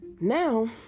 Now